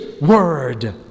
word